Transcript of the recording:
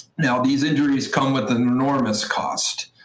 now, these injuries come with an enormous cost.